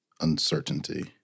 Uncertainty